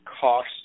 cost